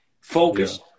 focus